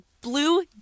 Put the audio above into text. blue